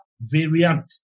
variant